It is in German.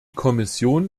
kommission